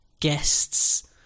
guests